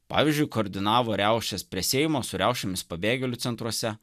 pavyzdžiui koordinavo riaušes prie seimo su riaušėmis pabėgėlių centruose